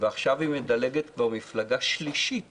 ועכשיו היא מדלגת כבר מפלגה שלישית